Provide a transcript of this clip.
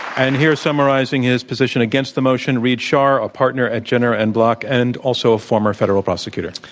and here summarizing his position against the motion, reid schar, a partner at jenner and block and also a former federal prosecutor.